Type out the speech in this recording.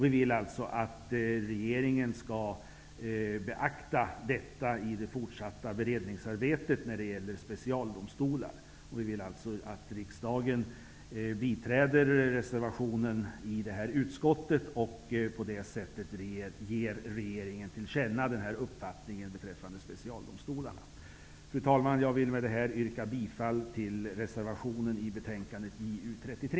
Vi vill alltså att regeringen skall beakta detta i det fortsatta beredningsarbetet när det gäller specialdomstolar. Vi vill således att riksdagen biträder reservationen till detta betänkande och på det sättet ger regeringen till känna denna uppfattning beträffande specialdomstolarna. Fru talman! Med detta yrkar jag bifall till reservationen i betänkande JuU33.